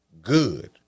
good